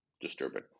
disturbing